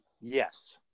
Yes